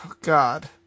God